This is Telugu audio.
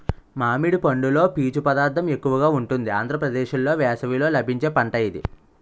మామిడి పండులో పీచు పదార్థం ఎక్కువగా ఉంటుంది ఆంధ్రప్రదేశ్లో వేసవిలో లభించే పంట ఇది